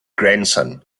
grandson